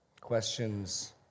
questions